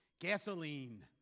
Gasoline